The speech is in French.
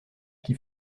qui